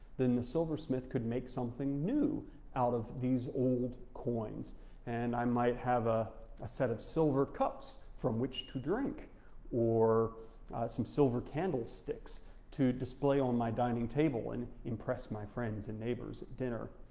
then the silversmith could make something new out of these old coins and i might have a ah set of silver cups from which to drink or some silver candlesticks to display on my dining table and impress my friends and neighbors at dinner.